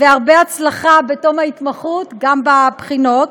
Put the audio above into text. והרבה הצלחה בתום ההתמחות גם בבחינות,